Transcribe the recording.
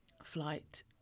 Flight